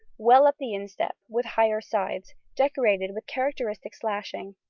well up the instep with higher sides, decorated with characteristic slashing.